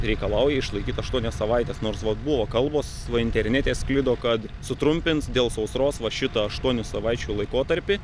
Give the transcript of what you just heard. reikalauja išlaikyt aštuonias savaites nors va buvo kalbos internete sklido kad sutrumpins dėl sausros va šitą aštuonių savaičių laikotarpį